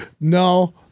no